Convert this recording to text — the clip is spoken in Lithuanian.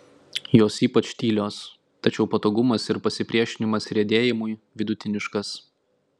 jos ypač tylios tačiau patogumas ir pasipriešinimas riedėjimui vidutiniškas